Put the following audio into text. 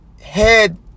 head